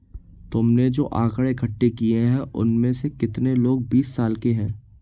तुमने जो आकड़ें इकट्ठे किए हैं, उनमें से कितने लोग बीस साल के हैं?